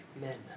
men